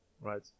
right